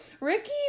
Ricky